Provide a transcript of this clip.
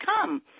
come